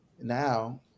now